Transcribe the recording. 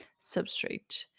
substrate